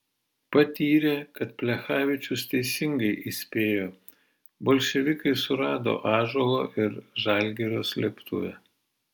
patyrė kad plechavičius teisingai įspėjo bolševikai surado ąžuolo ir žalgirio slėptuvę